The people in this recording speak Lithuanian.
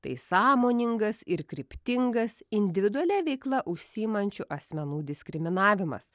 tai sąmoningas ir kryptingas individualia veikla užsiimančių asmenų diskriminavimas